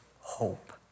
hope